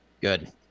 Good